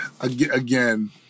Again